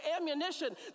ammunition